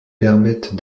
permettent